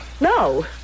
No